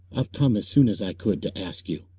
i've come as soon as i could to ask you.